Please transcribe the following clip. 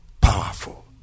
powerful